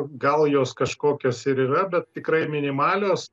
gal jos kažkokios ir yra bet tikrai minimalios